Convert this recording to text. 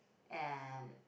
and